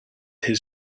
his